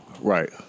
Right